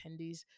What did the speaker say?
attendees